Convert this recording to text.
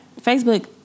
Facebook